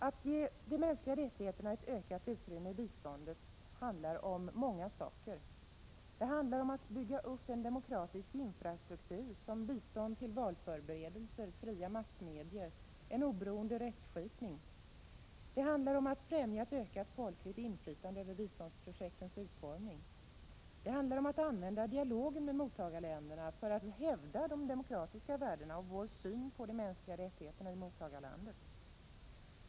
Att ge de mänskliga rättigheterna ökat utrymme i biståndet kan handla om många saker: —- Det handlar om att bygga upp en demokratisk infrastruktur genom bistånd till valförberedelser, fria massmedia och en oberoende rättsskipning. —- Det handlar om att främja ökat folkligt inflytande över biståndsprojektens utformning. —- Det handlar om att använda dialogen med mottagarländerna för att hävda de demokratiska värdena och vår syn på mänskliga rättigheter i mottagarlandet.